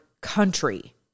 country